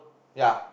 ya